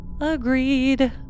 Agreed